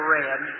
red